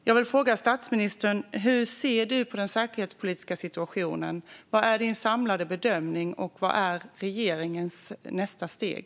Jag vill fråga statsministern: Hur ser du på den säkerhetspolitiska situationen? Vilken är din samlade bedömning? Vilket är regeringens nästa steg?